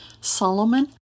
Solomon